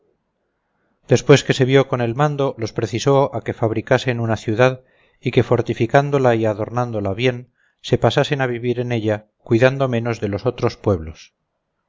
después que se vio con el mando los precisó a que fabricasen una ciudad y que fortificándola y adornándola bien se pasasen a vivir en ella cuidando menos de los otros pueblos